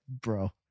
bro